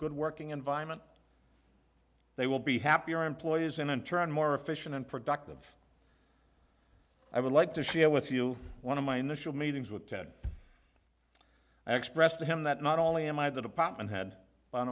good working environment they will be happier employees and in turn more efficient and productive i would like to share with you one of my initial meetings with ted i expressed to him that not only am i the department head